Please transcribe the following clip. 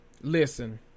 Listen